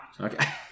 Okay